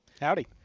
Howdy